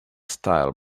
style